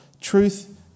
truth